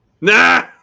Nah